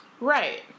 Right